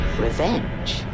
Revenge